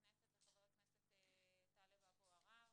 בכנסת זה חבר הכנסת טלב אבו עראר,